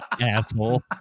Asshole